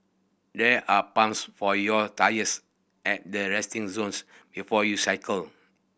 there are pumps for your tyres at the resting zones before you cycle